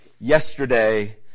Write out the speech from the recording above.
yesterday